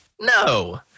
No